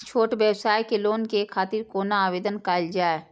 छोट व्यवसाय के लोन के खातिर कोना आवेदन कायल जाय?